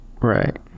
Right